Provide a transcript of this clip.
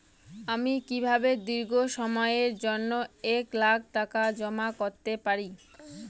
আমি কিভাবে দীর্ঘ সময়ের জন্য এক লাখ টাকা জমা করতে পারি?